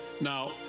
now